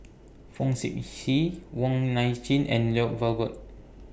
Fong Sip Chee Wong Nai Chin and Lloyd Valberg